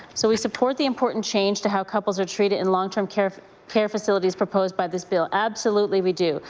so we support the important change to how couples are treated in long-term care care facilities proposed by this bill, absolutely we do.